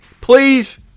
Please